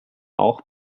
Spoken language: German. auch